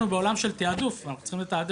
בסוף אנחנו בעולם של תעדוף, אנחנו צריכים לתעדף.